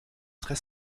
très